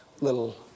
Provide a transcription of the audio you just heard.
little